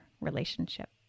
relationship